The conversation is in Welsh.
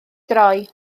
droi